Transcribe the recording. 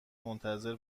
منتظر